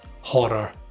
horror